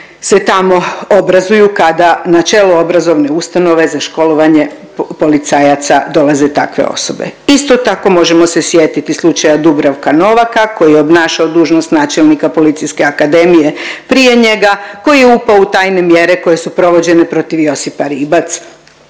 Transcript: se tamo obrazuju kada na čelo obrazovne ustanove za školovanje policajaca dolaze takve osobe. Isto tako, možemo se sjetiti slučaja Dubravka Novaka koji je obnašao dužnost načelnika Policijske akademije prije njega, koji je upao u tajne mjere koje su provođene protiv Josipa Rimac